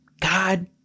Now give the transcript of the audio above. God